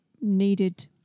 needed